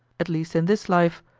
at least in this life,